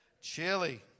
Chili